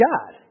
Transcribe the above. God